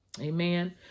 Amen